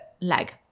leg